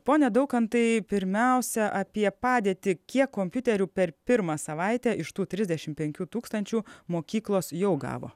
pone daukantai pirmiausia apie padėtį kiek kompiuterių per pirmą savaitę iš tų trisdešimt penkių tūkstančių mokyklos jau gavo